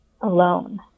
alone